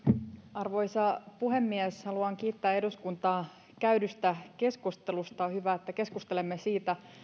arvoisa puhemies haluan kiittää eduskuntaa käydystä keskustelusta on hyvä että keskustelemme siitä